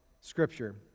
Scripture